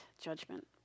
judgment